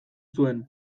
zuen